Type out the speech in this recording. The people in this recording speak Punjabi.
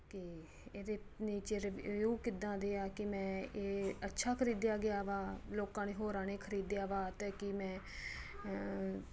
ਕਿ ਇਹਦੇ ਨੀਚੇ ਰੀਵਿਊ ਕਿੱਦਾਂ ਦੇ ਆ ਕੇ ਮੈਂ ਇਹ ਅੱਛਾ ਖਰੀਦਿਆ ਗਿਆ ਵਾ ਲੋਕਾਂ ਨੇ ਹੋਰਾਂ ਨੇ ਖਰੀਦਿਆ ਵਾ ਅਤੇ ਕੀ ਮੈਂ